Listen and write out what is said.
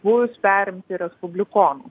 bus perimti respublikonų